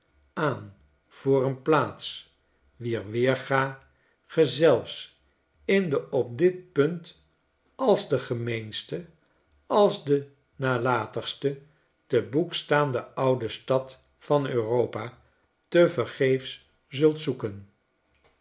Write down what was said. aan voor een plaats wier weerga ge zelfs in de op dit punt als de gemeenste als de nalatigste te boek staande oude sfcad van europa tevergeefs zult zoeken